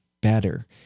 better